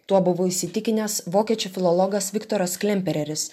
tuo buvo įsitikinęs vokiečių filologas viktoras klempereris